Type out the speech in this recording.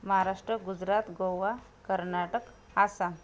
Maharashtra Gujarat Goa Karnataka Assam